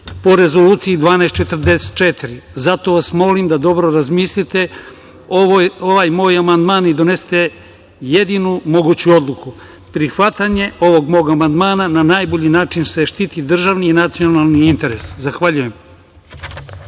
po Rezoluciji 1244.Zato vas molim da dobro razmislite o mom amandmanu i donesete jedinu moguću odluku. Prihvatanjem ovog mog amandmana na najbolji način se štiti državni i nacionalni interes. Zahvaljujem.